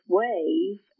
wave